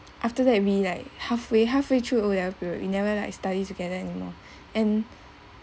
after that we like halfway halfway through O level period we never like study together anymore and